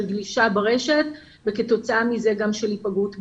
גלישה ברשת וכתוצאה מכך גם של היפגעות ברשת.